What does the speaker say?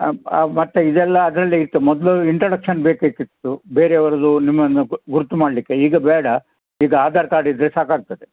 ಹಾಂ ಮತ್ತು ಇದೆಲ್ಲ ಅದರಲ್ಲೇ ಇತ್ತು ಮೊದಲು ಇಂಟ್ರಡಕ್ಷನ್ ಬೇಕಾಗಿತ್ತು ಬೇರೆಯವ್ರದ್ದು ನಿಮ್ಮನ್ನು ಗ ಗುರುತು ಮಾಡಲಿಕ್ಕೆ ಈಗ ಬೇಡ ಈಗ ಆಧಾರ್ ಕಾರ್ಡ್ ಇದ್ದರೆ ಸಾಕಾಗ್ತದೆ